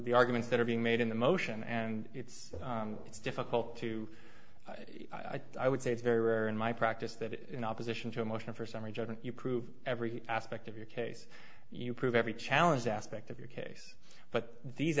the arguments that are being made in the motion and it's it's difficult to i would say it's very rare in my practice that in opposition to a motion for summary judgment you prove every aspect of your case you prove every challenge aspect of your case but these